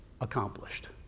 accomplished